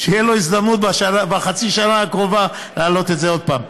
שתהיה לו הזדמנות בחצי השנה הקרובה להעלות את זה עוד פעם.